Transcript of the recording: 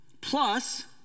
Plus